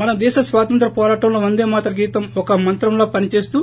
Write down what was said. మన దేశ్ స్వాతంత్ర్ పోరాటంలో వందే మాతర గీతం ఒక మంత్రంలా పనిచేస్తూ